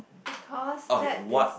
because that is